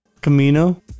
Camino